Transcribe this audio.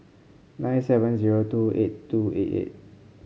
nine seven zero two eight two eight eight